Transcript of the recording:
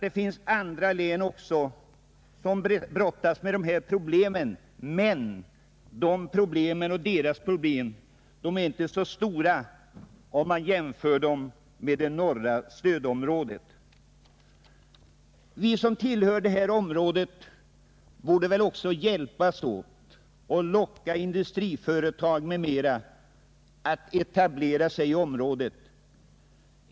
Det finns nog andra län som också brottas med dessa problem, men deras problem är inte lika stora som norra stödområdets. Vi som tillhör detta område borde väl också hjälpas åt att locka industriföretag m.fl. att etablera sig i området.